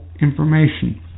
information